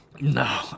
No